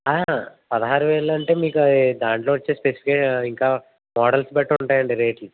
పదహారు వేలు అంటే మీకు అది దాంట్లో వచ్చేసి ఇంకా మోడల్స్ బట్టి ఉంటాయండి రేట్లు